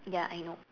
ya I know